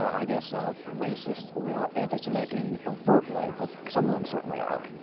i guess a racist or anti-semitic in overt way, but some of them certainly are.